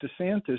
DeSantis